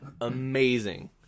amazing